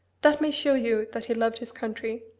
that may show you that he loved his country,